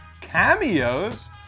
cameos